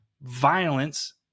violence